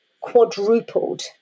quadrupled